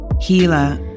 healer